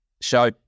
show